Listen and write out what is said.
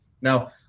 Now